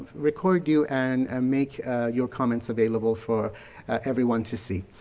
record you and and make your comments available for everyone to see.